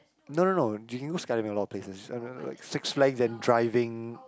no no no you can go skydiving in a lot of places I don't know like six flags and driving